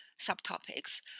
subtopics